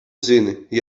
zini